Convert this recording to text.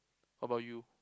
how about you